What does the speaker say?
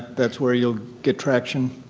that's where you'll get traction?